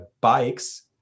bikes